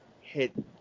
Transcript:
hit